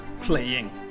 Playing